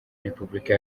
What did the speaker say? repubulika